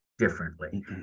differently